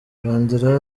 yongeraho